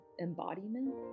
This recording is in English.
embodiment